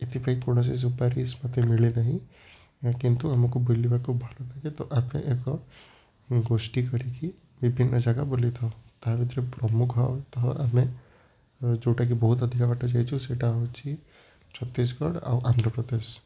ଏଥିପାଇଁ କୌଣସି ସୁପାରିଶ ମୋତେ ମିଳିନାହିଁ ମୁଁ କିନ୍ତୁ ଆମକୁ ବୁଲିବାକୁ ଭଲଲାଗେ ତ ଆମେ ଏକ ଅଁ ଗୋଷ୍ଠୀ କରିକି ବିଭିନ୍ନ ଜାଗା ବୁଲିଥାଉ ତା' ଭିତରେ ପ୍ରମୁଖତଃ ହେଲେ ଏଁ ଆମେ ଯେଉଁଟାକି ବହୁତ ଅଧିକା ବାଟ ଯାଇଛୁ ସେଇଟା ହେଉଛି ଛତିଶଗଡ଼ ଆଉ ଆନ୍ଧ୍ରପ୍ରଦେଶ